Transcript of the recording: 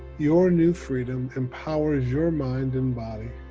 your new freedom empowers your mind and body,